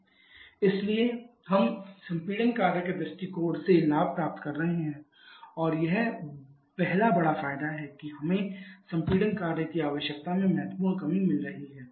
इसलिए हम संपीड़न कार्य के दृष्टिकोण से लाभ प्राप्त कर रहे हैं और यह पहला बड़ा फायदा है कि हमें संपीड़न कार्य की आवश्यकता में महत्वपूर्ण कमी मिल रही हैं